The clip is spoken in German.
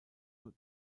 nur